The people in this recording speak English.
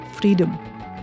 freedom